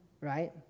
right